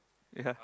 ya